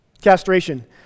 castration